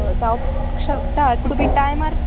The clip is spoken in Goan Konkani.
हय जावपाक शकता तूं बी टायमार